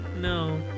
No